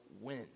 win